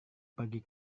pergi